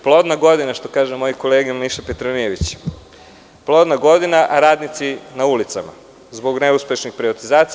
Plodna godina, što kaže moj kolega Miša Petronijević, plodna godina, a radnici na ulicama zbog neuspešnih privatizacija.